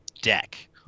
deck